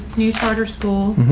new charter school,